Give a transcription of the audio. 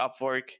Upwork